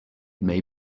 may